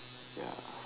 ya